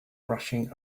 rushing